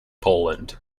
poland